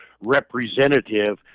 representative